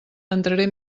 entraré